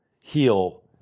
heal